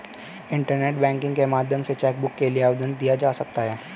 internet banking के माध्यम से चैकबुक के लिए आवेदन दिया जा सकता है